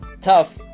tough